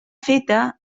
feta